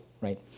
right